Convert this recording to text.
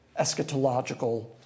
eschatological